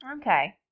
Okay